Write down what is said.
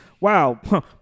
Wow